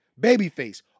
Babyface